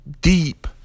deep